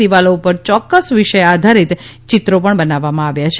દિવાલો ઉપર ચોક્ક્સ વિષય આધારીત ચિત્રો બનાવવામાં આવ્યા છે